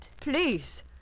Please